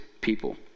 people